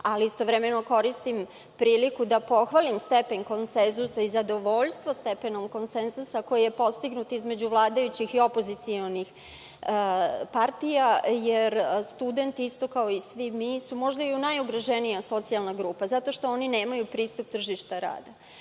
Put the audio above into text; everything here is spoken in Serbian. Istovremeno koristim priliku da pohvalim stepen konsenzusa i zadovoljstvo stepenom konsenzusa koji je postignu između vladajućih i opozicionih partija jer studenti isto kao i svi mi su možda i najugroženija socijalna grupa zato što oni nemaju pristup tržištu rada.